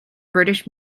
british